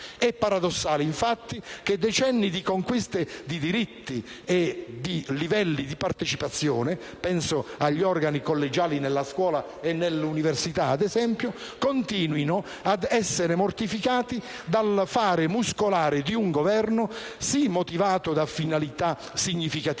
È paradossale, infatti, che decenni di conquiste di diritti e di livelli di partecipazione - penso, ad esempio, agli organi collegiali nella scuola e nelle università - continuino ad essere mortificati dal fare muscolare di un Governo, sì motivato da finalità significative